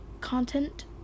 content